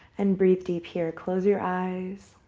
and breathe deep here. close your eyes.